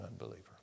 unbeliever